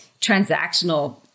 transactional